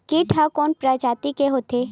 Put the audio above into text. कीट ह कोन प्रजाति के होथे?